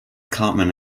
cartman